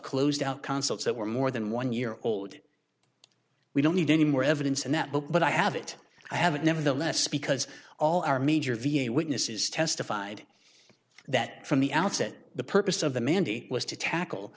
closed out concepts that were more than one year old we don't need any more evidence in that book but i have it i have it nevertheless because all our major v a witnesses testified that from the outset the purpose of the mandy was to tackle